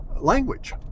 language